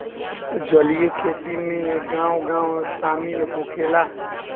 जलीय खेती में गाँव गाँव शामिल होखेला